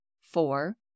Four